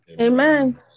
Amen